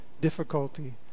difficulty